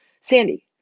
Sandy